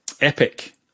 EPIC